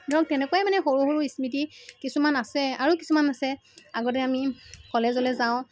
ধৰক তেনেকুৱাই মানে সৰু সৰু স্মৃতি কিছুমান আছে আৰু কিছুমান আছে আগতে আমি কলেজলৈ যাওঁ